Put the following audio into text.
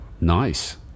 nice